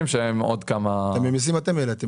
שהם עוד כמה --- את הממיסים אתם העליתם,